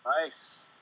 Nice